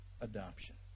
adoption